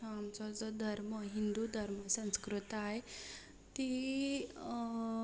आमचो जो धर्म हिंदू धर्म संस्कृताय ती